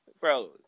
Bro